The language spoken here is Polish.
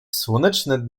słoneczne